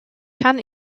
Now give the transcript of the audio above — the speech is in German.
kann